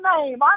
name